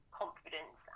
confidence